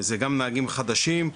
וזה גם נהגים חדשים,